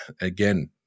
again